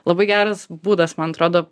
labai geras būdas man atrodo